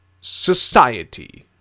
society